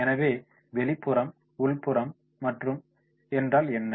எனவே வெளிப்புறம் உள்ப்புறம் மற்றும் என்றால் என்ன